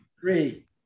Three